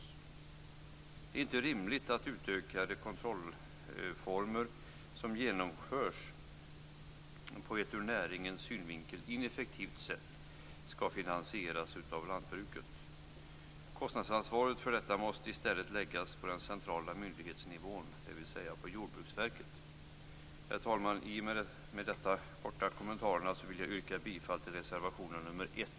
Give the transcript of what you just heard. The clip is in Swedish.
Det är inte rimligt att utökade kontrollformer som genomförs på ett ur näringens synvinkel ineffektivt sätt skall finansieras av lantbruket. Kostnadsansvaret för detta måste i stället läggas på den centrala myndighetsnivån, dvs. på Jordbruksverket. Herr talman! Med dessa korta kommentarer vill jag yrka bifall till reservation nr 1.